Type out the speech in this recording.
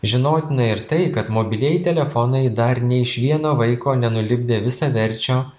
žinotina ir tai kad mobilieji telefonai dar nė iš vieno vaiko nenulipdė visaverčio